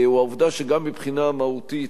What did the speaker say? הוא העובדה שגם מבחינה מהותית,